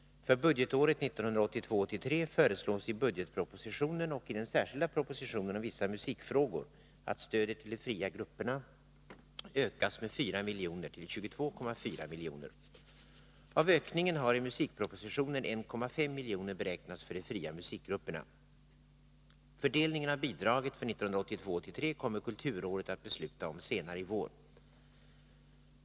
För budgetåret 1982 83 kommer kulturrådet att besluta om senare i vår.